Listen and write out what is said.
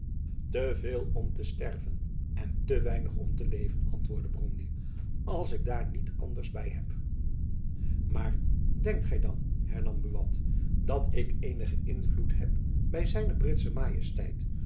veel om te sterven en te weinig om te leven antwoordde bromley als ik daar niet anders by heb maar denkt gy dan hernam buat dat ik eenigen invloed heb by zijne britsche majesteit